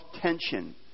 tension